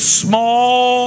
small